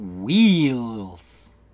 Wheels